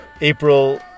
April